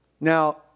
Now